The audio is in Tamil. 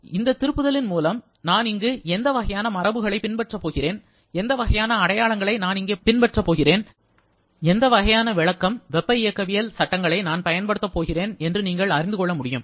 எந்த திருப்புதல் இன் மூலம் நான் இங்கு எந்த வகையான மரபுகளைப் பின்பற்றப் போகிறேன் எந்த வகையான அடையாளங்களை நான் இங்கே பின்பற்றப் போகிறேன் எந்த வகையான விளக்கம் வெப்ப இயக்கவியல் சட்டங்களை நான் பயன்படுத்தப் போகிறேன் என்று நீங்கள் அறிந்து கொள்ள முடியும்